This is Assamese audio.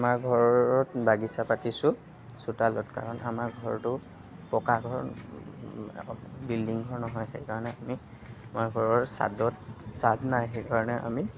আমাৰ ঘৰত বাগিচা পাতিছোঁ চোতালত কাৰণ আমাৰ ঘৰটো পকা ঘৰ বিল্ডিং ঘৰ নহয় সেইকাৰণে আমি আমাৰ ঘৰৰ ছাদত ছাদ নাই সেইকাৰণে আমি